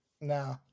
no